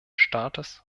staates